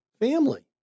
family